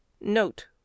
NOTE